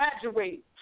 graduate